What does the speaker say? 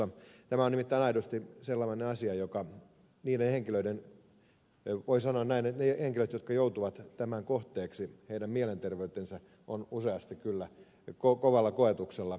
tämä on nimittäin aidosti sellainen asia voi sanoa näin että niiden henkilöiden mielenterveys jotka joutuvat tämän kohteeksi on useasti kyllä kovalla koetuksella